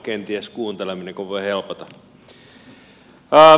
kenties kuunteleminenkin voi helpottaa